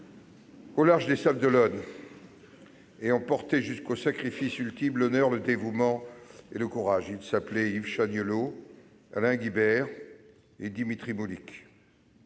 au large des Sables-d'Olonne et ont porté jusqu'au sacrifice ultime l'honneur, le dévouement et le courage. Ils s'appelaient Yann Chagnolleau, Alain Guibert et Dimitri Moulic.